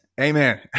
Amen